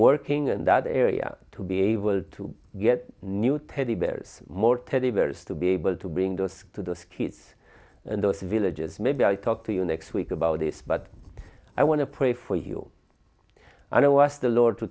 working and that area to be able to get new teddy bears more teddy bears to be able to bring those to the skits and those villages maybe i talk to you next week about this but i want to pray for you i know us the lord to